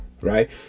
right